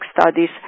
studies